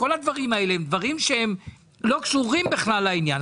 כל הדברים האלה לא קשורים בכלל לעניין.